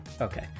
okay